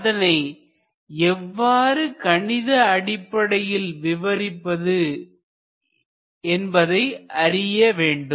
அதனை எவ்வாறு கணித அடிப்படையில் விவரிப்பது என்பதை அறிய வேண்டும்